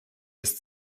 ist